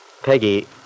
Peggy